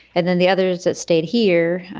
and then the others that stayed here.